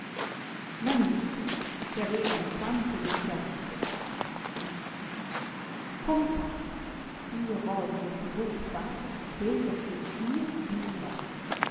sorte manusso che aveva alquanto del giotto disse compare io voglio che voi fate quello che io vi dirò